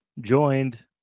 joined